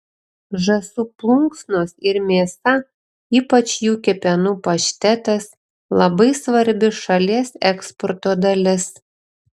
žąsų plunksnos ir mėsa ypač jų kepenų paštetas labai svarbi šalies eksporto dalis